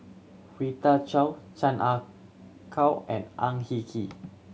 Rita Chao Chan Ah Kow and Ang Hin Kee